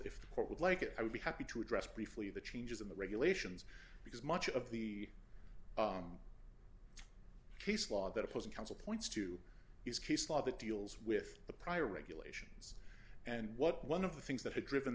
the court would like it i would be happy to address briefly the changes in the regulations because much of the case law that opposing counsel points to is case law that deals with the prior regulations and what one of the things that have driven